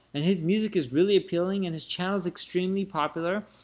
and his music is really appealing, and his channel is extremely popular.